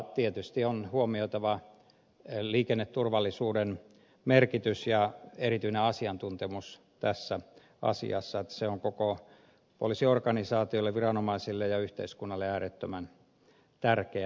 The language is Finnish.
tietysti on huomioitava liikenneturvallisuuden merkitys ja erityinen asiantuntemus tässä asiassa se on koko poliisiorganisaatiolle viranomaisille ja yhteiskunnalle äärettömän tärkeää